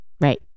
Right